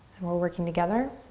and we're working together.